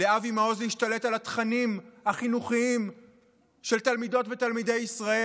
לאבי מעוז להשתלט על התכנים החינוכיים של תלמידות ותלמידי ישראל.